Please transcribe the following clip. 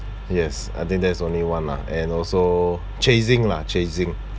yes I think that is only one lah and also chasing lah chasing